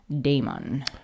daemon